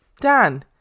Dan